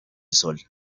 sol